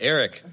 Eric